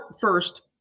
first